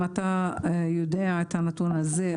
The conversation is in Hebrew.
אם אתה יודע את הנתון הזה,